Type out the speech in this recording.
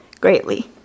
greatly